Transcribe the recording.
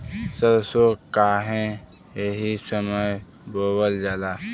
सरसो काहे एही समय बोवल जाला?